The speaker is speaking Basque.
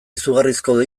izugarrizko